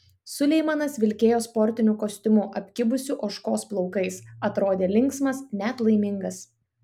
suleimanas vilkėjo sportiniu kostiumu apkibusiu ožkos plaukais atrodė linksmas net laimingas